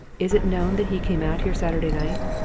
is it known that he came out here saturday night?